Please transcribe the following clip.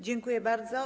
Dziękuję bardzo.